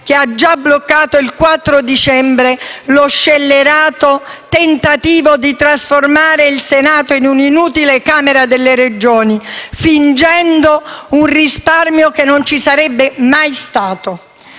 che ha già bloccato il 4 dicembre lo scellerato tentativo di trasformare il Senato in un'inutile Camera delle Regioni, fingendo un risparmio che non ci sarebbe mai stato.